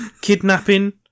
kidnapping